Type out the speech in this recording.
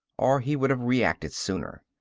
or he would have reacted sooner.